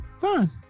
fine